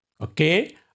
Okay